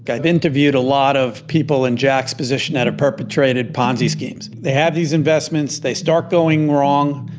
i've interviewed a lot of people in jack's position that have perpetrated ponzi schemes. they have these investments, they start going wrong,